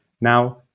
Now